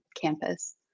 campus